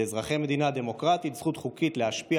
לאזרחי מדינה דמוקרטית זכות חוקית להשפיע